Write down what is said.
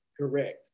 Correct